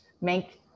make